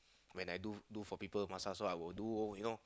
when I do do for people massage lah I will do you know